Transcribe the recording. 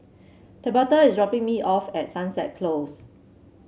Tabatha is dropping me off at Sunset Close